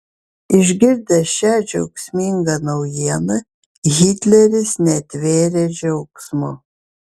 išgirdęs šią džiaugsmingą naujieną hitleris netvėrė džiaugsmu